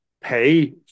pay